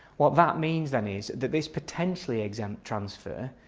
what that means then is that this potentially exempt transfer